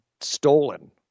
stolen